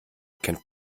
kennt